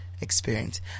experience